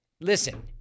listen